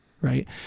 right